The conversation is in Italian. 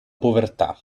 povertà